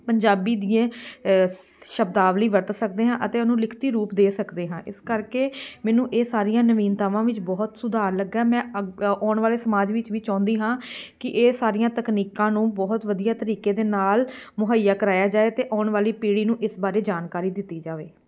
ਪੰਜਾਬੀ ਦੀਆਂ ਸ਼ਬਦਾਵਲੀ ਵਰਤ ਸਕਦੇ ਹਾਂ ਅਤੇ ਉਹਨੂੰ ਲਿਖਤੀ ਰੂਪ ਦੇ ਸਕਦੇ ਹਾਂ ਇਸ ਕਰਕੇ ਮੈਨੂੰ ਇਹ ਸਾਰੀਆਂ ਨਵੀਨਤਾਵਾਂ ਵਿੱਚ ਬਹੁਤ ਸੁਧਾਰ ਲੱਗਾ ਮੈਂ ਅਗ ਆਉਣ ਵਾਲੇ ਸਮਾਜ ਵਿੱਚ ਵੀ ਚਾਹੁੰਦੀ ਹਾਂ ਕਿ ਇਹ ਸਾਰੀਆਂ ਤਕਨੀਕਾਂ ਨੂੰ ਬਹੁਤ ਵਧੀਆ ਤਰੀਕੇ ਦੇ ਨਾਲ ਮੁਹੱਈਆ ਕਰਵਾਇਆ ਜਾਵੇ ਅਤੇ ਆਉਣ ਵਾਲੀ ਪੀੜੀ ਨੂੰ ਇਸ ਬਾਰੇ ਜਾਣਕਾਰੀ ਦਿੱਤੀ ਜਾਵੇ